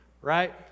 right